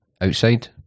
outside